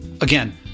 Again